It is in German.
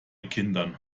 kindern